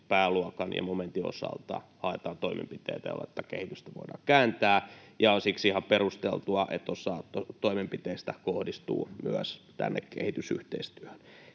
pääluokan ja momentin osalta haetaan toimenpiteitä, joilla tätä kehitystä voidaan kääntää, ja on siksi ihan perusteltua, että osa toimenpiteistä kohdistuu myös kehitysyhteistyöhön.